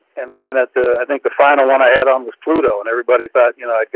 and then at the, i think the final one i had on was pluto and everybody thought, you know,